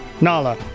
Nala